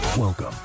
Welcome